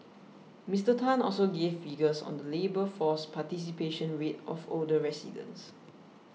Mister Tan also gave figures on the labour force participation rate of older residents